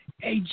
hey